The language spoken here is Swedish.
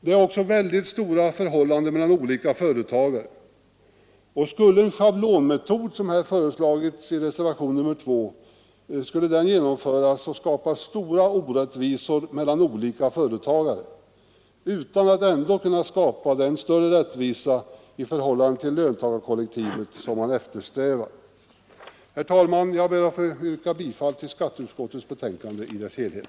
Det är också väldigt stora skillnader mellan olika företagare, och skulle en schablonmetod genomföras, vilket har föreslagits i reservation nr 2, skapas stora orättvisor mellan olika företagare utan att det skapas någon större rättvisa i förhållande till löntagarkollektivet, något som man ju eftersträvar. Herr talman! Jag ber att få yrka bifall till skatteutskottets hemställan i dess helhet.